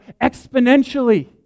exponentially